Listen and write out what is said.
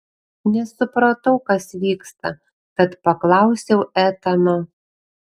nesupratau kas vyksta tad paklausiau etano